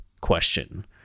question